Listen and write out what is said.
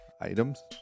items